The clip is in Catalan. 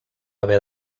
haver